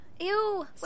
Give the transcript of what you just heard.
ew